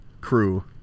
crew